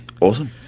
awesome